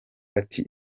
ati